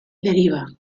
deriva